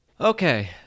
Okay